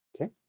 Okay